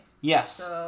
Yes